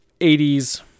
80s